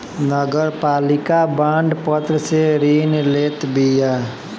नगरपालिका बांड पत्र से ऋण लेत बिया